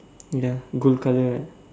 ya gold colour right